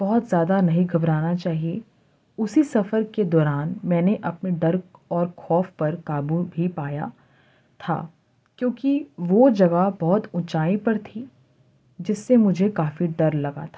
بہت زیادہ نہیں گھبرانا چاہیے اسی سفر کے دوران میں نے اپنے ڈر اور خوف پر قابو بھی پایا تھا کیونکہ وہ جگہ بہت اونچائی پر تھی جس سے مجھے کافی ڈر لگا تھا